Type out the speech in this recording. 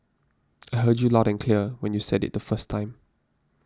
I heard you loud and clear when you said it the first time